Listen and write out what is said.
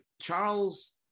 Charles